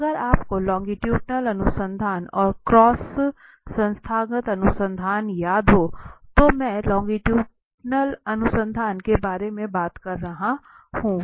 अगर आपको लोंगिट्युडिनल अनुसंधान और क्रॉस संस्थागत अनुसंधान याद हो तो मैं लोंगिट्युडिनल अनुसंधान के बारे में बात कर रहा हूँ